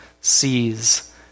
sees